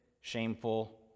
shameful